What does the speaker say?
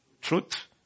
truth